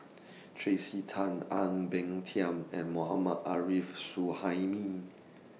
Tracey Tan Ang Peng Tiam and Mohammad Arif Suhaimi